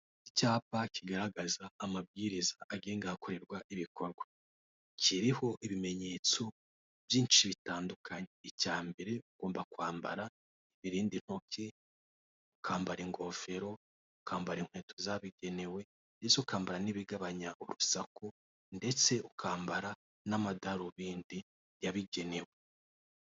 Icyapa kiriho amabwiriza abashaka kwinjira mu nyubako bagomba kubahiriza. Iki cyapa kimanitse ku ruzitiro rw'amabati, mu gihe inyuma yacyo hari inyubako.